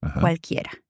Cualquiera